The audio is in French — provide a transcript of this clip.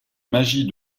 magie